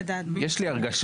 טוב, נמצא.